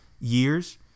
years